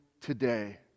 today